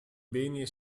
beni